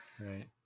Right